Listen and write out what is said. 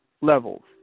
levels